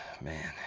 man